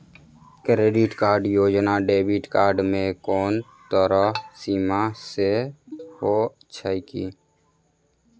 Credit card आओर debit card मे कोनो तरहक सीमा सेहो छैक की?